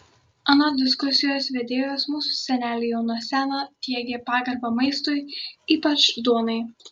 anot diskusijos vedėjos mūsų seneliai jau nuo seno diegė pagarbą maistui ypač duonai